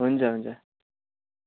हुन्छ हुुन्छ